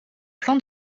plan